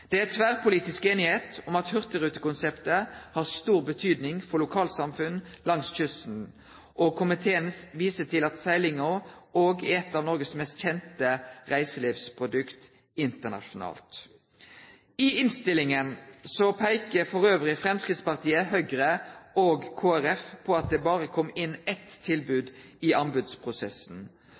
Det er tverrpolitisk einigheit om at hurtigrutekonseptet har stor betydning for lokalsamfunn langs kysten. Og komiteen viser til at seglinga er eit av Noregs mest kjende reiselivsprodukt internasjonalt. I innstillinga peiker elles Framstegspartiet, Høgre og Kristeleg Folkeparti på at det berre kom inn eitt tilbod i anbodsprosessen,